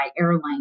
airline